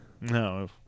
No